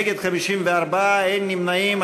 נגד, 54, אין נמנעים.